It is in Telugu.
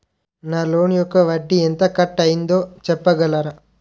నా లోన్ యెక్క వడ్డీ ఎంత కట్ అయిందో చెప్పగలరా?